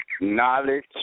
knowledge